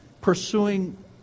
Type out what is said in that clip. pursuing